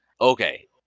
Okay